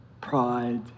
pride